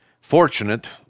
fortunate